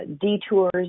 detours